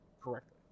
correctly